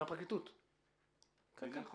מהפרקליטות לענות.